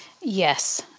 Yes